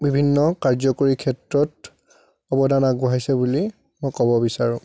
বিভিন্ন কাৰ্য্যকৰী ক্ষেত্ৰত অৱদান আগবঢ়াইছে বুলি মই ক'ব বিচাৰোঁ